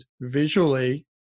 visually